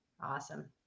Awesome